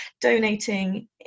Donating